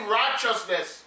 righteousness